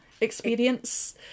experience